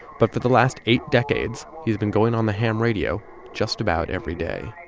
but for the last eight decades he's been going on the ham radio just about every day.